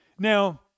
Now